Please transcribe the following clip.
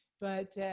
but,